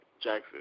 Jackson